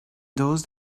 those